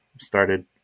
started